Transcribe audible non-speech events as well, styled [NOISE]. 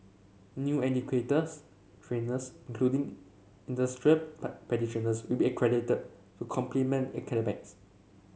new educators trainers including industry [UNINTELLIGIBLE] practitioners will be accredited to complement academics